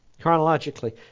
Chronologically